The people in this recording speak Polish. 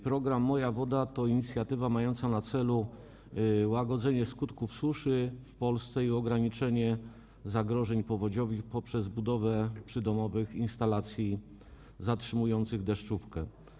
Program „Moja woda” to inicjatywa mająca na celu łagodzenie skutków suszy w Polsce i ograniczenie zagrożeń powodziowych poprzez budowę przydomowych instalacji zatrzymujących deszczówkę.